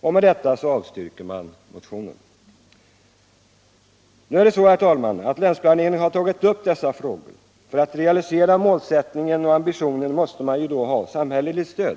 Med detta avstyrker man motionen. Nu är det så, herr talman, att länsplaneringen har tagit upp dessa frågor, och för att realisera målsättningen och ambitionen måste man ju ha samhälleligt stöd.